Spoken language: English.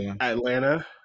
Atlanta